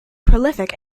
prolific